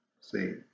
See